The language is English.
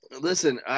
Listen